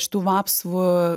šitų vapsvų